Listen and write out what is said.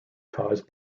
caused